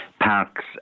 parks